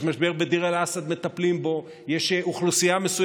יש משבר בדיר אל-אסד, מטפלים בו.